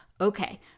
okay